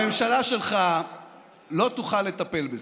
הממשלה שלך לא תוכל לטפל בזה.